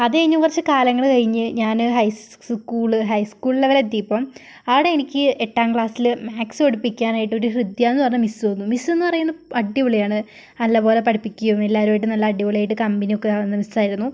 അതുകഴിഞ്ഞ് കുറച്ച് കാലങ്ങൾ കഴിഞ്ഞ് ഞാൻ ഹൈ സ്കൂൾ ഹൈ സ്കൂൾ ലെവലെത്തിയപ്പോൾ അവിടെ എനിക്ക് എട്ടാം ക്ലാസ്സിൽ മാത്സ് പഠിപ്പിക്കുവാനായിട്ടൊരു ഹൃദ്യയെന്ന് പറഞ്ഞ മിസ്സ് വന്നു മിസ്സെന്ന് പറയുമ്പോൾ അടിപൊളിയാണ് നല്ലത് പോലെ പഠിപ്പിക്കുകയും എല്ലാവരുമായിട്ടും നല്ല അടിപൊളിയായിട്ട് കമ്പനിയൊക്കെ ആകുന്ന മിസ്സായിരുന്നു